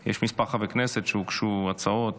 יש כמה חברי כנסת שהגישו הצעות.